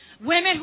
women